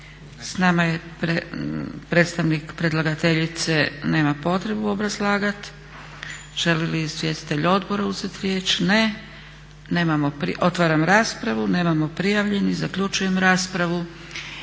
S nama je predstavnik predlagateljice, nemam potrebu obrazlagat. Žele li izvjestitelji odbora uzeti riječ? Ne. Otvaram raspravu. Nemamo prijavljenih. Zaključujem raspravu.